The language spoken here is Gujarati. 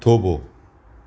થોભો